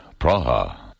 Praha